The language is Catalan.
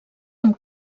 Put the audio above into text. amb